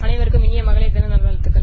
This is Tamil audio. அனைவருக்கும் இனிய மகளிர் தின நல்வாழ்க்குக்கள்